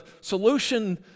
solution